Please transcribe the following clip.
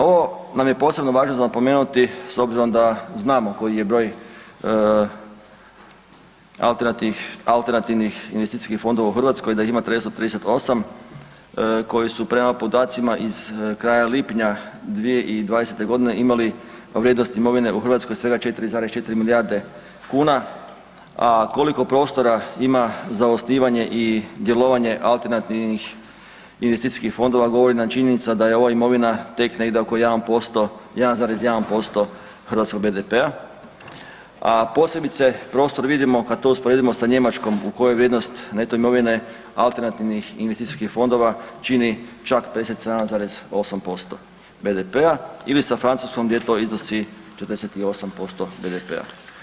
Ovo nam je posebno važno za napomenuti s obzirom da znamo koji je broj alternativnih investicijskih fondova u Hrvatskoj da ih ima 338 koji su prema podacima iz kraja lipnja 2020.g. imali vrijednost imovine u Hrvatskoj svega 4,4 milijarde kuna, a koliko prostora ima za osnivanje i djelovanje alternativnih investicijskih fondova govori nam činjenica da je ova imovina tek negdje oko 1,1% hrvatskog BDP-a, a posebice prostor vidimo kad to usporedimo sa Njemačkoj u kojoj je vrijednost neto imovine alternativnih investicijskih fondova čini čak 57,8% BDP-a ili sa Francuskom gdje to iznosi 48% BDP-a.